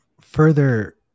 further